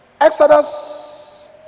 Exodus